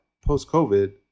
post-COVID